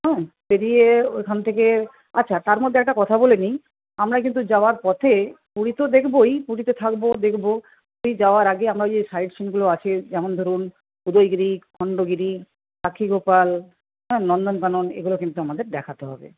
হ্যাঁ বেরিয়ে ওইখান থেকে আচ্ছা তার মধ্যে একটা কথা বলে নিই আমরা কিন্তু যাওয়ার পথে পুরী তো দেখবই পুরীতে থাকব দেখব পুরী যাওয়ার আগে আমরা ওই যে সাইটসিইংগুলো আছে যেমন ধরুন উদয়গিরি খণ্ডগিরি সাক্ষীগোপাল হ্যাঁ নন্দনকানন এগুলো কিন্তু আমাদের দেখাতে হবে